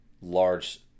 large